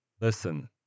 Listen